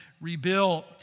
rebuilt